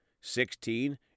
Sixteen